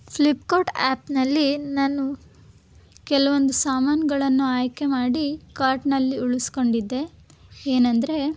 ಫ್ಲಿಪ್ಕಾರ್ಟ್ ಆ್ಯಪ್ನಲ್ಲಿ ನಾನು ಕೆಲವೊಂದು ಸಾಮಾನುಗಳನ್ನು ಆಯ್ಕೆ ಮಾಡಿ ಕಾರ್ಟ್ನಲ್ಲಿ ಉಳಿಸ್ಕೊಂಡಿದ್ದೆ ಏನಂದರೆ